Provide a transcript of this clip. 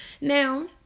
Now